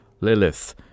Lilith